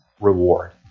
reward